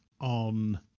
on